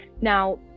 now